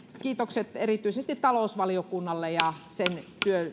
kiitokset erityisesti talousvaliokunnalle ja sen